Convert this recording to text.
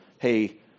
Hey